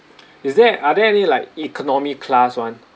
is there are they any like economy class [one]